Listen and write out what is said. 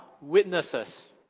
witnesses